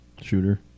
Shooter